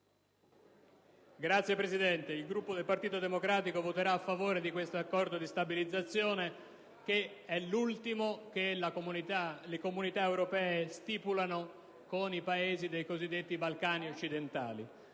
Signora Presidente, il Gruppo del Partito Democratico voterà a favore di questo Accordo di stabilizzazione, che è l'ultimo che le Comunità europee stipulano con i Paesi dei cosiddetti Balcani occidentali.